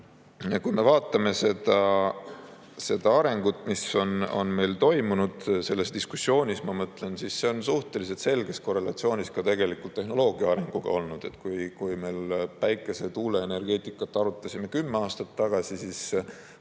Kui me vaatame seda arengut, mis on meil toimunud – selles diskussioonis, ma mõtlen –, siis see on olnud suhteliselt selges korrelatsioonis tehnoloogia arenguga. Kui me päikese- ja tuuleenergeetikat arutasime kümme aastat tagasi, siis